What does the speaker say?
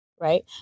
Right